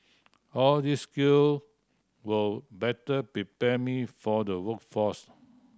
all these skill will better prepare me for the workforce